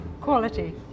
quality